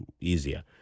easier